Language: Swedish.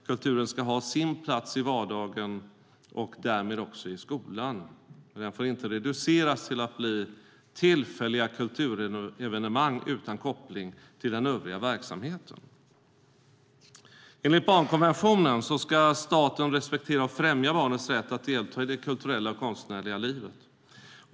Kulturen ska ha sin plats i vardagen och därmed också i skolan. Den får inte reduceras till att bli tillfälliga kulturevenemang utan koppling till den övriga verksamheten. Enligt barnkonventionen ska staten respektera och främja barnets rätt att delta i det kulturella och konstnärliga livet.